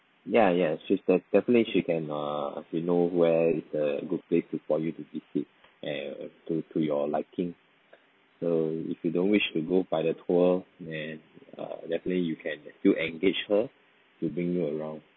ya ya she said definitely she can err you know where is the good place to for you to visit err to to your liking so if you don't wish to go by the tour and err definitely you can still engage her to bring you around